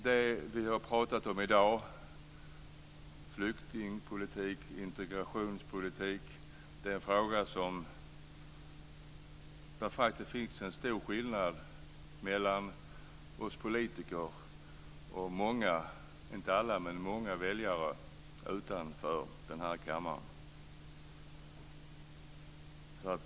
Det som vi har pratat om i dag, flyktingpolitik och integrationspolitik, är en fråga där det finns en stor skillnad mellan oss politiker och många väljare utanför den här kammaren.